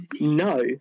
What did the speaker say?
No